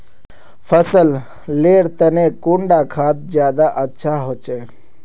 फसल लेर तने कुंडा खाद ज्यादा अच्छा होचे?